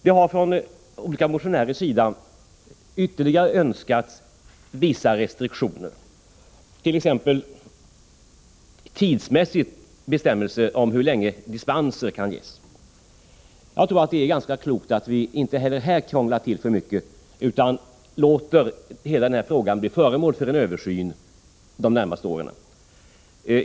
Det har från olika motionärers sida önskats vissa ytterligare restriktioner, t.ex. en bestämmelse om för hur lång tid dispenser kan ges. Jag tror att det är ganska klokt att vi inte heller här krånglar till det för mycket utan att vi låter hela den här frågan bli föremål för en översyn under de närmaste åren.